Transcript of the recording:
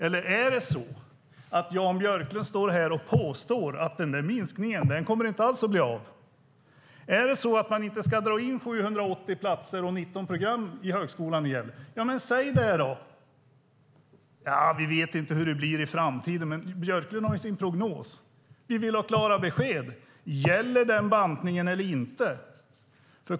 Eller är det så att Jan Björklund står här och påstår att den där minskningen inte alls kommer att bli av? Är det så att man inte ska dra in 780 platser och 19 program på Högskolan i Gävle? Säg det då! Vi vet inte hur det blir i framtiden, men Björklund har sin prognos. Vi vill ha klara besked. Gäller den bantningen eller inte?